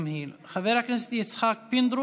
גם היא לא, חבר הכנסת יצחק פינדרוס,